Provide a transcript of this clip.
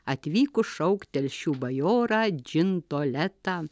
atvykus šaukt telšių bajorą džintoletą